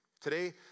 Today